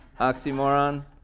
oxymoron